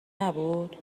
نبود